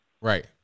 right